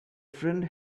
friend